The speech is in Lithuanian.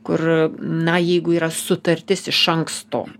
kur na jeigu yra sutartis iš anksto